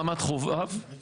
רמת חובב,